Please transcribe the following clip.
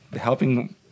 helping